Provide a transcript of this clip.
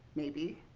maybe,